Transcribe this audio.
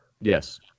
Yes